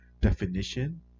definition